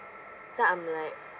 then I'm like